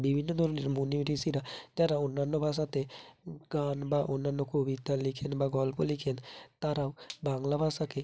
বিভিন্ন ধরনের মুনি ঋষিরা তারা অন্যান্য ভাষাতে গান বা অন্যান্য কবিতা লেখেন বা গল্প লেখেন তারাও বাংলা ভাষাকে